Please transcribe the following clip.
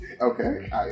Okay